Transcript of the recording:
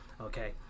okay